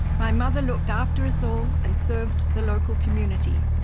my mother looked after us all, and served the local community.